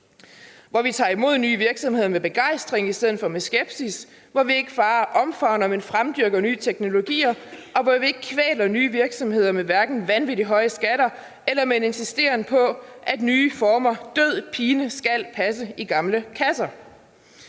hvor vi tager imod nye virksomheder med begejstring i stedet for med skepsis; hvor vi ikke bare omfavner, men fremdyrker nye teknologier; og hvor vi hverken kvæler nye virksomheder med vanvittig høje skatter eller med en insisteren på, at nye former død og pine skal passe i gamle kasser.